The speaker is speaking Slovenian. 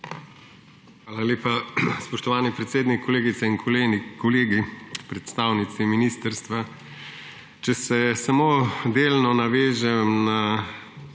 Hvala lepa, spoštovani predsednik. Kolegice in kolegi, predstavnice ministrstva! Če se samo delno navežem na